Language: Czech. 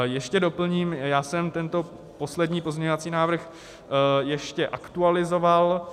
Ještě doplním: já jsem tento poslední pozměňovací návrh ještě aktualizoval.